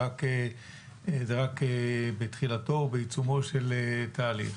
זה רק בתחילתו ובעיצומו של תהליך.